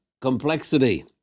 complexity